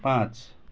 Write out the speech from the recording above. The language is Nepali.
पाँच